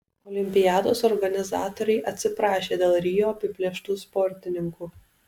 olimpiados organizatoriai atsiprašė dėl rio apiplėštų sportininkų